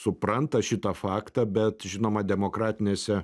supranta šitą faktą bet žinoma demokratinėse